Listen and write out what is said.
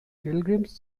pilgrims